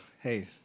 hey